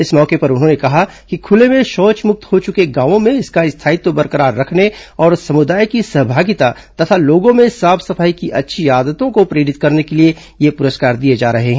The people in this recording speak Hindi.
इस मौके पर उन्होंने कहा कि खुले में शौचमुक्त हो चुके गांवों में इसका स्थायित्व बरकरार रखने और समुदाय की सहभागिता तथा लोगों में साफ सफाई की अच्छी आदतों को प्रेरित करने के लिए ये पुरस्कार दिए जा रहे हैं